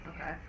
Okay